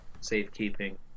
safekeeping